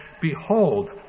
behold